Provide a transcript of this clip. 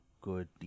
good